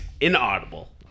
Inaudible